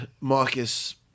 Marcus